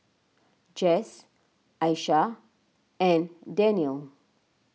Jess Aisha and Dannielle